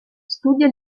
studia